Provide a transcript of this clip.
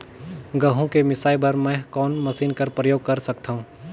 गहूं के मिसाई बर मै कोन मशीन कर प्रयोग कर सकधव?